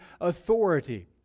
authority